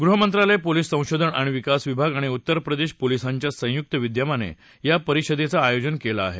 गृह मंत्रालयपोलीस संशोधन आणि विकास विभाग आणि उत्तर प्रदेश पोलिसांच्या संयुक्त विद्यमाने या परिषदेच आयोजन केलं आहे